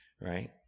Right